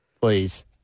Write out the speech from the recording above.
please